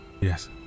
yes